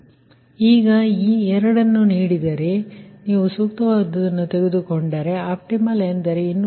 ಆದ್ದರಿಂದ ಈಗ ಈ ಎರಡನ್ನು ನೀಡಿದರೆ ಈಗ ನೀವು ಸೂಕ್ತವಾದದನ್ನು ತೆಗೆದುಕೊಂಡರೆ ಆಪ್ಟಿಮಲ್ ಎಂದರೆ 266